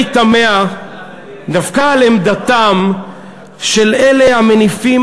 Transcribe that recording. אני תמה דווקא על עמדתם של אלה המניפים